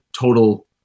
total